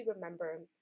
remember